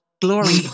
Glory